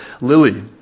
Lily